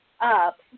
up